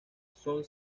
son